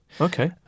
Okay